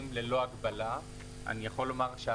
עד ליום 31 בינואר 2021 בהתאם לסעיף 57(ג) לתיקון מס' 11